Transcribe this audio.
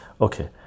Okay